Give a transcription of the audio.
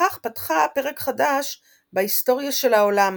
ובכך פתחה פרק חדש בהיסטוריה של העולם,